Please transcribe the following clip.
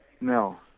No